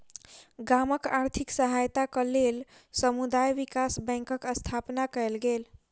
गामक आर्थिक सहायताक लेल समुदाय विकास बैंकक स्थापना कयल गेल